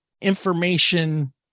information